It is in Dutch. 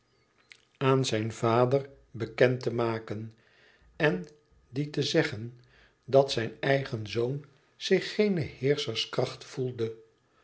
aan zijn vader bekend te maken en dien te zeggen dat zijn eigen zoon zich geene heerscherskracht voelde